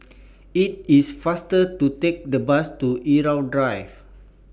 IT IS faster to Take The Bus to Irau Drive